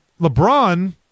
LeBron